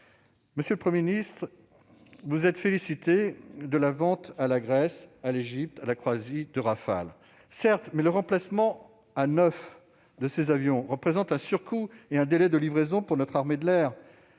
Monsieur le Premier ministre, vous vous êtes félicité de la vente de Rafale à la Grèce, à l'Égypte et à la Croatie. Or le remplacement à neuf de ces avions représente un surcoût et un délai de livraison pour notre armée de l'air.